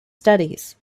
studies